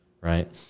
right